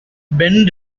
ben